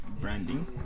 branding